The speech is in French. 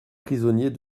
prisonniers